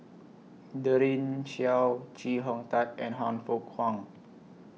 Daren Shiau Chee Hong Tat and Han Fook Kwang